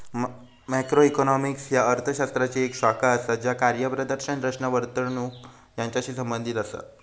macroeconomics ह्या अर्थ शास्त्राची येक शाखा असा ज्या कार्यप्रदर्शन, रचना, वर्तणूक यांचाशी संबंधित असा